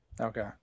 Okay